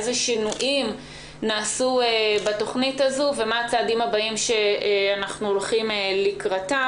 איזה שינויים נעשו בתוכנית הזו ומה הצעדים הבאים שאנחנו הולכים לקראתם?